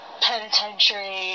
penitentiary